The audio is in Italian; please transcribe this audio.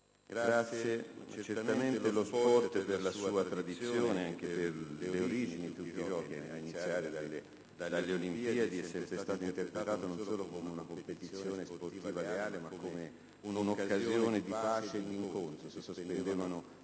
Perduca, certamente lo sport per la sua tradizione e per le stesse origini di tutti i giochi, a cominciare dalle Olimpiadi, è sempre stato interpretato non solo come competizione sportiva leale, ma anche come occasione di pace e di incontro: